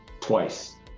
twice